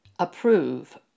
approve